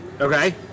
Okay